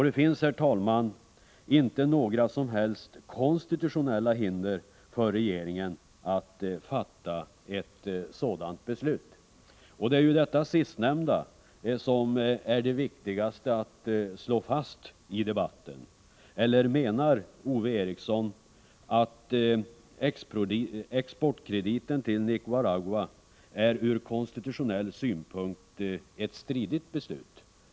Det finns, herr talman, inte några som helst konstitutionella hinder för regeringen att fatta ett sådant beslut. Det är ju detta som det är viktigast att slå fast i debatten, eller menar Ove Eriksson att beslutet om exportkredit till Nicaragua är ett från konstitutionell synpunkt stridigt beslut.